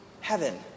heaven